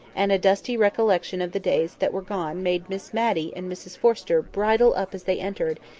and a dusty recollection of the days that were gone made miss matty and mrs forrester bridle up as they entered,